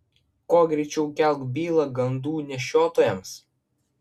kuo greičiau kelk bylą gandų nešiotojams